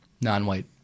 non-white